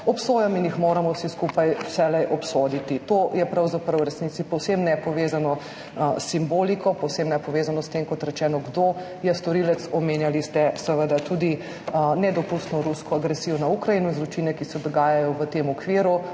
obsojam in jih moramo vsi skupaj vselej obsoditi. To je pravzaprav v resnici povsem nepovezano s simboliko, povsem nepovezano s tem, kot rečeno, kdo je storilec. Omenjali ste tudi nedopustno rusko agresijo na Ukrajino in zločine, ki se dogajajo v tem okviru.